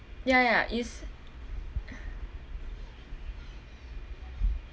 ya ya is